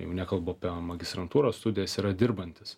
jau nekalbu apie magistrantūros studijas yra dirbantys